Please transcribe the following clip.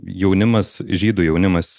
jaunimas žydų jaunimas